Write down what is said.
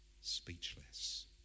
speechless